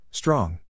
Strong